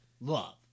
Love